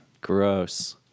Gross